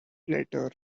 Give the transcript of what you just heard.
letter